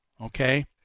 okay